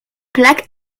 plaque